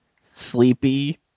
Sleepy